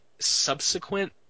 subsequent